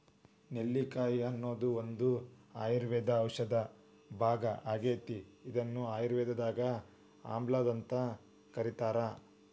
ನೆಲ್ಲಿಕಾಯಿ ಅನ್ನೋದು ಒಂದು ಆಯುರ್ವೇದ ಔಷಧದ ಭಾಗ ಆಗೇತಿ, ಇದನ್ನ ಆಯುರ್ವೇದದಾಗ ಆಮ್ಲಾಅಂತ ಕರೇತಾರ